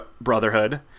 Brotherhood